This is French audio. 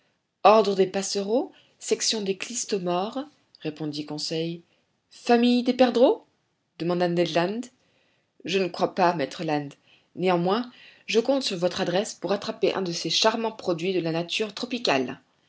ordre des passereaux section des clystomores répondit conseil famille des perdreaux demanda ned land je ne crois pas maître land néanmoins je compte sur votre adresse pour attraper un de ces charmants produits de la nature tropicale